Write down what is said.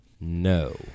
no